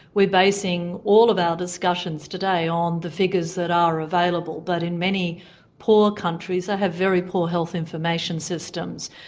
we're basing all of our discussions today on the figures that are available, but in many poor countries they ah have very poor health information systems.